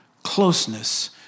Closeness